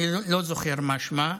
אני לא זוכר את שמה.